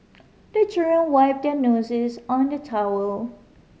the wipe their noses on the towel